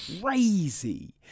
crazy